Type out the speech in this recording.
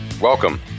welcome